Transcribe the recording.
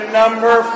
number